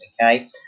okay